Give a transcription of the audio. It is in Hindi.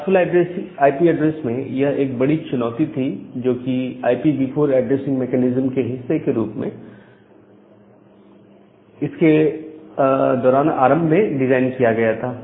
क्लासफुल आईपी एड्रेस में यह एक बड़ी चुनौती थी जोकि IPv4 ऐड्रेसिंग मैकेनिज्म के हिस्से के रूप में दौरान आरंभ में डिजाइन किया गया था